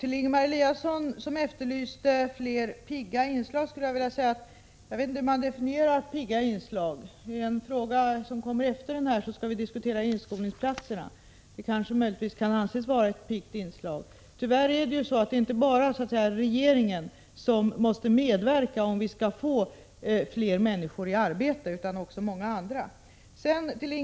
Till Ingemar Eliasson, som efterlyste fler pigga inslag, vill jag säga att jag inte vet hur man definierar ”pigga inslag”. I den fråga som kommer efter den här skall vi diskutera inskolningsplatserna. De kanske möjligtvis kan anses vara ett piggt inslag. Tyvärr är det inte bara regeringen som måste agera, om vi skall få fler människor i arbete, utan många andra måste också medverka.